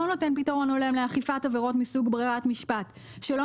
נותן פתרון הולם לאכיפת עבירות מסוג ברירת משפט שלא